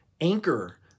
anchor